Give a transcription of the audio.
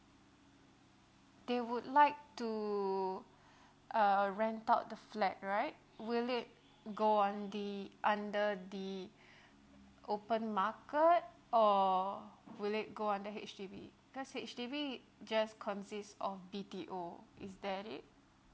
they would like to uh rent out the flat right will it go on the under the open market or will it go under H_D_B cause H_D_B just consist of B_T_O is that it